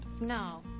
No